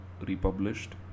republished